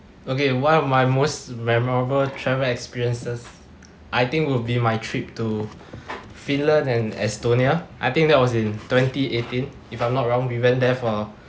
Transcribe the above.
okay one of my most memorable travel experiences I think would be my trip to finland and estonia I think that was in twenty eighteen if I'm not wrong we went there for